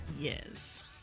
yes